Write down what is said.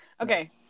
okay